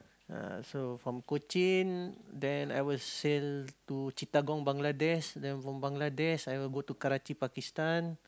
uh so from Cochin then I will sail to Chittagong Bangladesh then from Bangladesh I will go to Karachi Pakistan